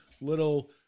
little